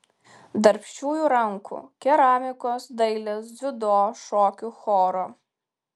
darbščiųjų rankų keramikos dailės dziudo šokių choro